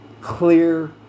clear